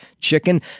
chicken